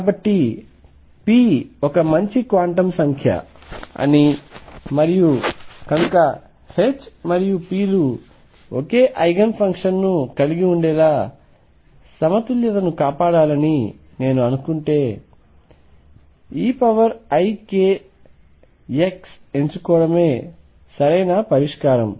కాబట్టి p ఒక మంచి క్వాంటం సంఖ్య అని మరియు కనుక H మరియు p లు ఒకే ఐగెన్ ఫంక్షన్ను కలిగి ఉండేలా సమతుల్యతను కాపాడాలని నేను అనుకుంటే eikx ఎంచుకోవడమే సరైన పరిష్కారం